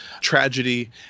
tragedy